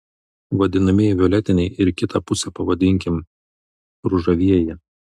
vadinamieji violetiniai ir kitą pusę pavadinkim ružavieji